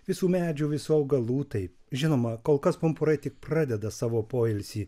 visų medžių visų augalų taip žinoma kol kas pumpurai tik pradeda savo poilsį